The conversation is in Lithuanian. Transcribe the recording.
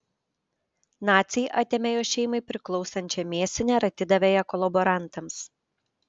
naciai atėmė jo šeimai priklausančią mėsinę ir atidavė ją kolaborantams